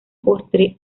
postre